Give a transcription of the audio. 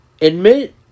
Admit